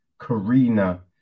Karina